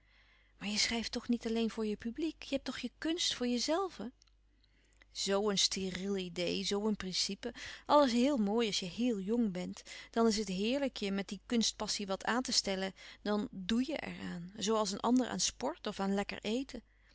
maar je schrijft toch niet alleen voor je publiek je hebt toch je kunst voor jezelven zoo een steriel idee zoo een principe alles heel mooi als je heèl jong bent dan is het heerlijk je met die kunstpassie wat aan te stellen dan doe je er aan zoo als een ander aan sport of aan